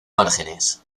márgenes